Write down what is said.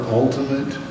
ultimate